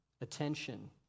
attention